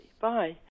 Bye